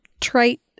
trite